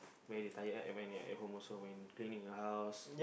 very tired right and when you're at home also when cleaning the house